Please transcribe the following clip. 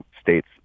state's